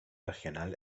regional